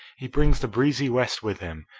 he brings the breezy west with him,